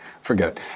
Forget